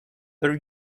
their